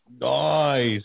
Nice